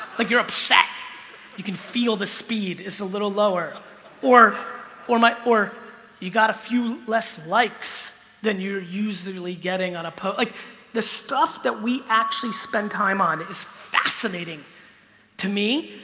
like you're upset you can feel the speed is a little lower or or my or you got a few less likes then you're usually getting on a public the stuff that we actually spend time on is fascinating to me.